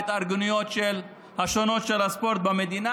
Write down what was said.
בהתארגנויות השונות של הספורט במדינה.